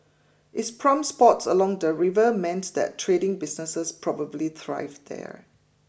it's spots along the river meant that trading businesses probably thrived there